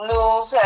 News